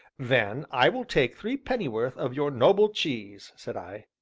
then i will take three pennyworth of your noble cheese, said i.